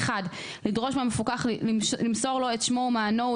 (1)לדרוש מהמפוקח למסור לו את שמו ומענו,